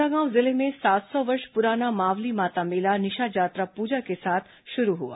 कोंडागांव जिले में सात सौ वर्ष पुराना मावली माता मेला निशा जात्रा पूजा के साथ शुरू हुआ